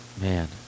man